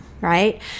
Right